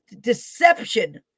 deception